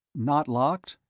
not locked?